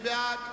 מי בעד?